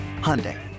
Hyundai